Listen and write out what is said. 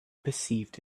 perceived